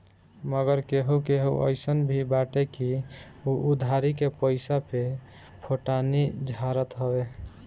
मगर केहू केहू अइसन भी बाटे की उ उधारी के पईसा पे फोटानी झारत हवे